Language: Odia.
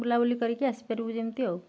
ବୁଲାବୁଲି କରିକି ଆସିପାରିବୁ ଯେମିତି ଆଉ